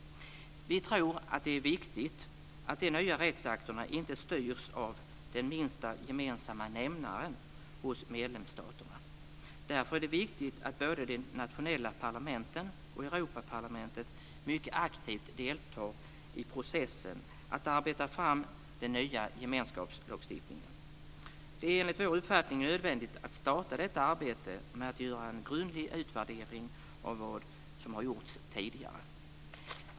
Vi tror att det är viktigt att de nya rättsakterna inte styrs av "den minsta gemensamma nämnaren" hos medlemsstaterna. Därför är det viktigt att både de nationella parlamenten och Europaparlamentet mycket aktivt deltar i processen med att arbeta fram denna nya gemenskapslagstiftning. Det är enligt vår uppfattning nödvändigt att starta detta arbete med att göra en grundlig utvärdering av vad som har gjorts tidigare.